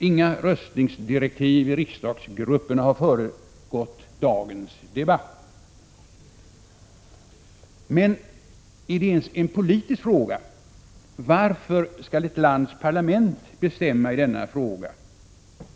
Inga röstningsdirektiv i riksdagsgrupperna har föregått dagens debatt. Det finns emellertid en politisk aspekt: Varför skall ett lands parlament bestämma i denna fråga?